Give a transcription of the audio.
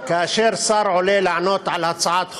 כאשר שר עולה לענות על הצעת חוק,